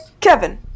Kevin